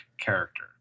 character